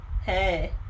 Hey